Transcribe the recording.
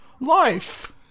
life